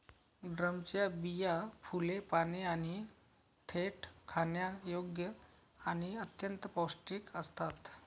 ड्रमच्या बिया, फुले, पाने आणि देठ खाण्यायोग्य आणि अत्यंत पौष्टिक असतात